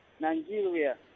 Nigeria